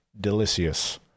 delicious